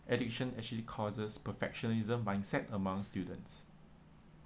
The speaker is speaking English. education actually causes perfectionism mindset among students